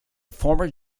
former